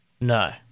No